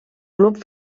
club